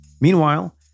Meanwhile